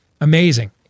Amazing